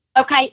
okay